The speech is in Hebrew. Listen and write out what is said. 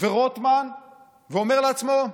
ורוטמן ואומר לעצמו: